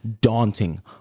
daunting